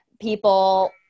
people